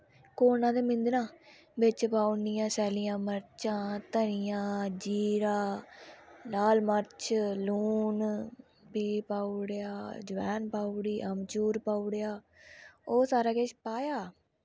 कोड़ना ते मिंदना बिच्च पाई ओड़नियां सैल्लियां मर्चां धनियां जीरा लाल मर्च लून फ्ही पाई ओड़ेआ जवैन पाई ओड़ी आम्बचूर पाई ओड़ेआ ओह् सारा किश पाया